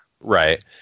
Right